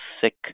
sick